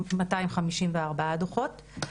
254 דוחות.